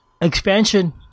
expansion